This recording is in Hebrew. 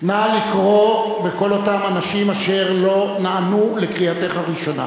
נא לקרוא לכל אותם אנשים אשר לא נענו לקריאתך הראשונה.